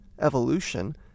evolution